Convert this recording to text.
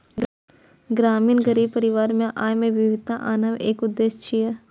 ग्रामीण गरीब परिवारक आय मे विविधता आनब एकर उद्देश्य छियै